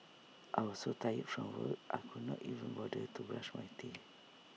I was so tired from work I could not even bother to brush my teeth